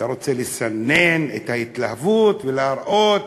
אתה רוצה לצנן את ההתלהבות ולהראות